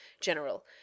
General